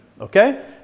Okay